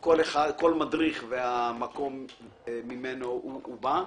כל מדריך והמקום שממנו שהוא בא.